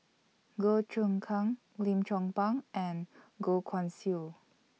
Goh Choon Kang Lim Chong Pang and Goh Guan Siew